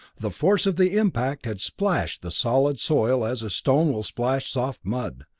the force of the impact had splashed the solid soil as a stone will splash soft mud,